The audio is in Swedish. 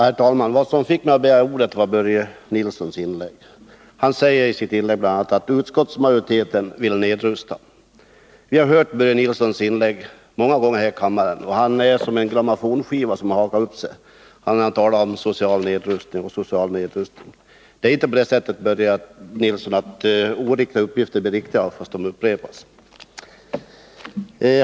Herr talman! Vad som fick mig att begära ordet var Börje Nilssons inlägg. Han sade bl.a. att utskottsmajoriteten vill nedrusta. Vi har hört Börje Nilsson många gånger här i kammaren, och han är som en grammofonskiva som har hakat upp sig. Han talar om social nedrustning och social nedrustning. Det är inte på det sättet, Börje Nilsson, att oriktiga uppgifter blir riktigare därför att de upprepas. "